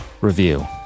Review